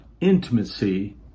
intimacy